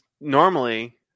normally